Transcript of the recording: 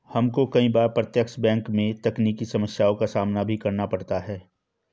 हमको कई बार प्रत्यक्ष बैंक में तकनीकी समस्याओं का सामना भी करना पड़ता है